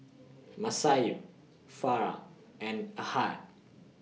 Masayu Farah and Ahad